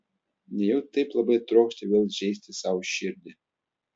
nejau taip labai trokšti vėl žeisti sau širdį